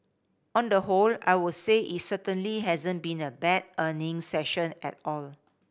on the whole I would say it certainly hasn't been a bad earnings session at all